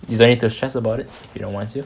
you don't need to stress about it if you don't want to